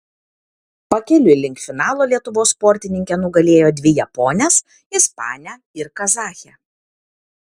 pakeliui link finalo lietuvos sportininkė nugalėjo dvi japones ispanę ir kazachę